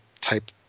type